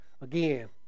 Again